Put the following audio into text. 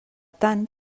tant